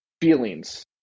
feelings